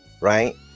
right